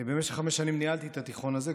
במשך חמש שנים ניהלתי את התיכון הזה,